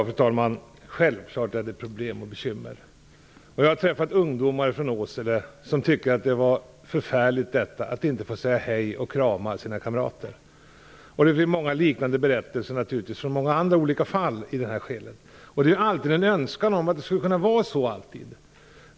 Fru talman! Självklart är det problem och bekymmer. Jag har träffat ungdomar från Åsele som tycker att det var förfärligt att inte få säga hej och krama sina kamrater. Det finns naturligtvis många liknande berättelser om många andra olika fall. Det finns alltid en önskan om att det alltid skulle vara möjligt att få göra det.